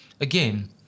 Again